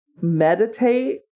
meditate